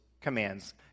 commands